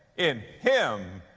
in him,